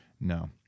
no